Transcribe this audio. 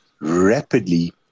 rapidly